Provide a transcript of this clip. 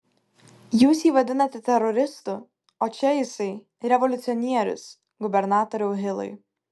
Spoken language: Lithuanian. jūs jį vadinate teroristu o čia jisai revoliucionierius gubernatoriau hilai